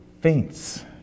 faints